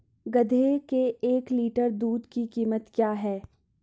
गधे के एक लीटर दूध की कीमत क्या है?